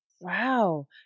Wow